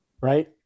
Right